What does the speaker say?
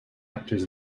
actors